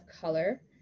color